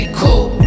cool